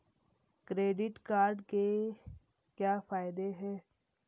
Credit card के क्या फायदे हैं?